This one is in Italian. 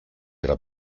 era